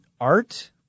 art